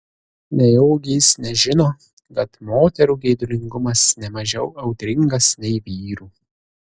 nejaugi jis nežino kad moterų geidulingumas ne mažiau audringas nei vyrų